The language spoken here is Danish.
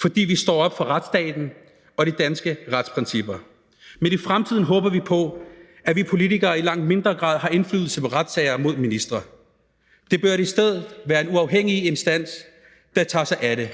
fordi vi står op for retsstaten og de danske retsprincipper. Men i fremtiden håber vi på, at vi politikere i langt mindre grad har indflydelse på retssager mod ministre. Det bør i stedet være en uafhængig instans, der tager sig af det